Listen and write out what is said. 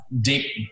deep